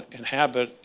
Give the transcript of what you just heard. inhabit